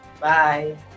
bye